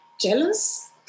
jealous